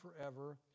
forever